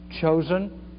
chosen